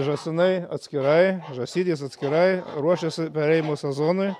žąsinai atskirai žąsytės atskirai ruošiasi perėjimo sezonui